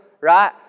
right